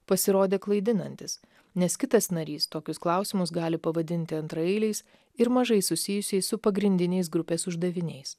pasirodė klaidinantis nes kitas narys tokius klausimus gali pavadinti antraeiliais ir mažai susijusiais su pagrindiniais grupės uždaviniais